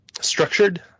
structured